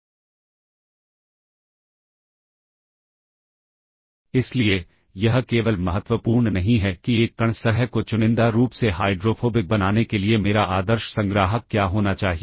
इसलिए यदि गलती से इस स्टैक पॉइंटर में कुछ गलत वैल्यू शामिल है तो प्रोग्राम और प्रोग्राम काउंटर मान उस मेमोरी स्थान पर सहेजे जाएंगे